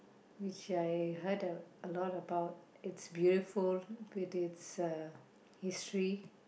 which I heard a a lot about it's beautiful it is uh history